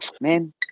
Man